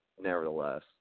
nevertheless